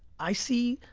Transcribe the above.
i see,